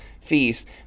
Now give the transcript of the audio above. feast